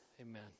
Amen